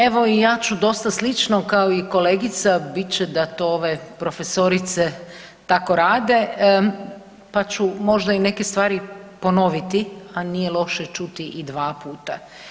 Evo i ja ću dosta slično kao kolegica, bit će da to ove profesorice tako rade, pa ću možda i neke stvari ponovit, a nije loše čuti i dva puta.